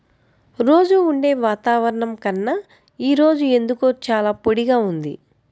రోజూ ఉండే వాతావరణం కన్నా ఈ రోజు ఎందుకో చాలా పొడిగా ఉంది